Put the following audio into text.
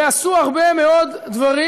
ועשו הרבה מאוד דברים,